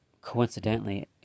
coincidentally